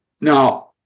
Now